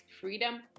Freedom